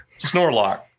Snorlock